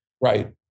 Right